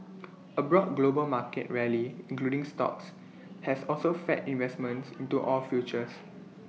A broad global market rally including stocks has also fed investment into oil futures